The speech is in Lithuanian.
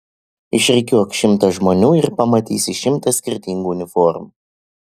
išrikiuok šimtą žmonių ir pamatysi šimtą skirtingų uniformų